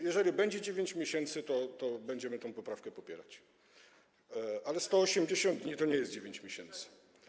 Jeżeli będzie 9 miesięcy, to będziemy tę poprawkę popierać, ale 180 dni to nie jest 9 miesięcy.